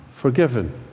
forgiven